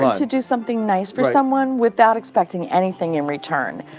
to do something nice for someone without expecting anything in return.